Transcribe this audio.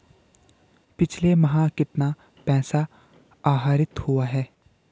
पिछले माह कितना पैसा आहरित हुआ है?